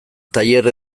tailer